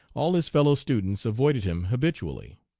all his fellow-students avoided him habitually.